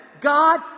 God